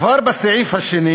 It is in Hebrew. כבר בסעיף השני